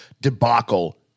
debacle